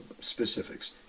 specifics